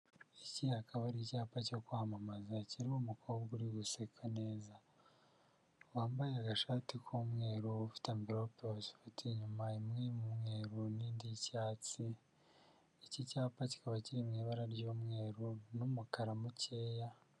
Iki akaba ari icyapa cyo kwamamaza, kirimo umukobwa uri guseka neza. Wambaye agashati k'umweru ufite ufite emvirope azifite inyuma, imwe y'umweru n'indi y'icyatsi. Iki cyapa kikaba kiri mu ibara ry'umweru n'umukara mukeya.